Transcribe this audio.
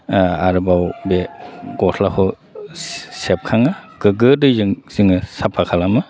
आरोबाव बे गस्लाखौ सेबखाङो गोगो दैजों जोङो साफा खालामो